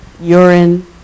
urine